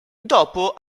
dopo